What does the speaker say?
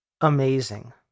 amazing